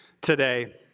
today